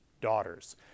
daughters